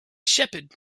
shepherd